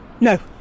No